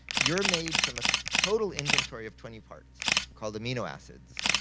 you're made from a total inventory of twenty parts, called amino acids.